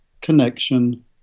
connection